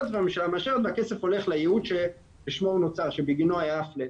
והממשלה מאשרת והכסף הולך לייעוד שבגינו היה ה-flat.